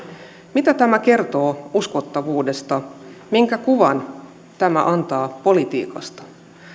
mitä tämä kertoo uskottavuudesta minkä kuvan tämä antaa politiikasta